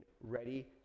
ready